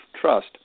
trust